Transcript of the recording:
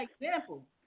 example